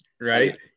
right